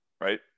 right